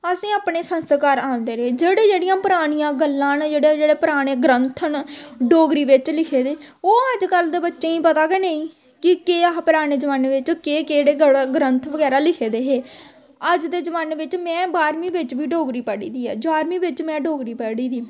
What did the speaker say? असें अपने संस्कार आंदे रेह् जेह्ड़ियां जेह्ड़ियां परानियां गल्लां न जेह्ड़े जेह्ड़े पराने ग्रंथ न डोगरी बिच्च लिखे दे ओह् अजकल्ल दे बच्चें गी पता गै नेईं कि केह् हा पराने जमाने बिच्च केह्ड़े केह्ड़े ग्रंथ बगैरा लिखे दे हे अज्ज दे जमाने बिच्च में बाह्रमीं बिच्च में डोगरी पढ़ी दी ऐ बाह्रमीं बिच्च में डोगरी पढ़ी दी